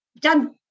done